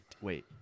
wait